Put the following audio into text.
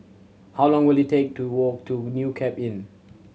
how long will it take to walk to New Cape Inn